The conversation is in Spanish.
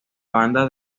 banda